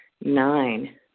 Nine